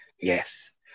yes